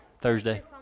Thursday